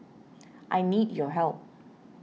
I need your help